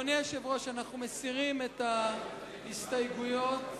אדוני היושב-ראש, אנחנו מסירים את יתר ההסתייגויות